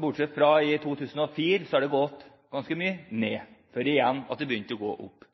bortsett fra i 2004, da det gikk ganske mye ned, før det igjen begynte å gå opp.